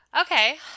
Okay